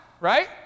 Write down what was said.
right